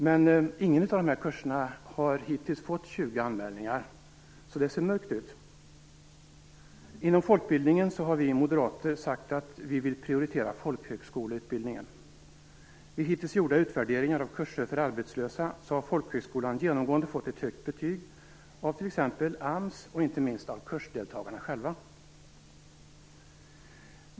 Men ingen av dessa kurser har hittills fått 20 anmälningar, så det ser mörkt ut. Inom folkbildningen har vi moderater sagt att vi vill prioritera folkhögskoleutbildningen. Vid hittills gjorda utvärderingar av kurser för arbetslösa har folkhögskolan genomgående fått ett högt betyg av t.ex. AMS och inte minst av kursdeltagarna själva.